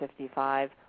55